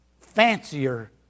fancier